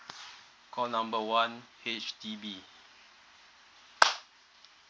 call number one H_D_B